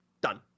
Done